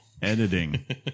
Editing